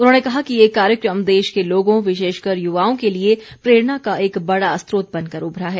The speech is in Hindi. उन्होंने कहा कि ये कार्यक्रम देश के लोगों विशेषकर युवाओं के लिए प्रेरणा का एक बड़ा स्रोत बनकर उभरा है